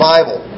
Bible